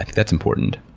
that's important.